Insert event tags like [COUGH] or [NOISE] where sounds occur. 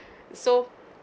[BREATH] so